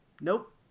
nope